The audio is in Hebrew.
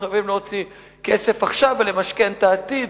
חייבים להוציא כסף עכשיו ולמשכן את העתיד,